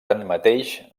tanmateix